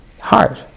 hard